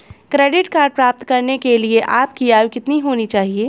Credit card प्राप्त करने के लिए आपकी आयु कितनी होनी चाहिए?